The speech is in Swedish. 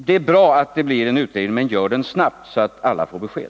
Det är bra att det blir en utredning, men gör den snabbt så att alla får besked!